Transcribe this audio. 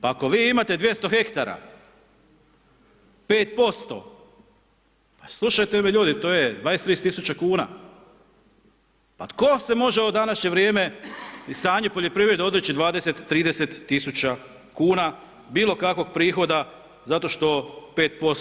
Pa ako vi imate 200 hektara, 5%, pa slušajte me ljudi, to je 20-30 tisuća kuna, pa tko se može u ovo današnje vrijeme i stanju poljoprivrede odreći 20-30 tisuća kuna bilo kakvog prihoda zato što 5%